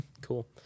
cool